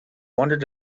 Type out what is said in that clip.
wondered